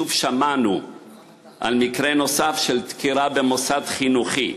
שוב שמענו על מקרה של דקירה במוסד חינוכי.